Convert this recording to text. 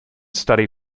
study